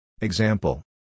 Example